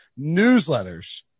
newsletters